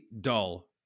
dull